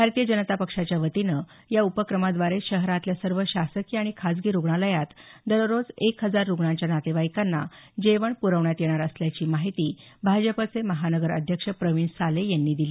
भारतीय जनता पक्षाच्या वतीनं या उपक्रमाद्वारे शहरातल्या सर्व शासकीय आणि खाजगी रूग्णालयात दररोज एक हजार रुग्णांच्या नातेवाईकांना जेवण प्रवण्यात येणार असल्याची माहिती भाजपचे महानगर अध्यक्ष प्रविण साले यांनी दिली